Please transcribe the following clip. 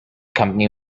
company